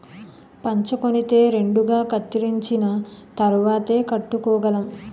పంచకొనితే రెండుగా కత్తిరించిన తరువాతేయ్ కట్టుకోగలం